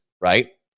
right